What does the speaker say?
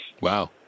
Wow